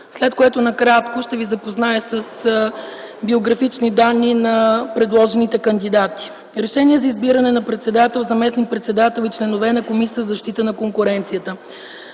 след което накратко ще ви запозная с биографичните данни на предложените кандидати. „РЕШЕНИЕ за избиране на председател, заместник-председател и членове на Комисията за защита на конкуренцията